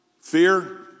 Fear